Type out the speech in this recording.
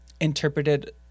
interpreted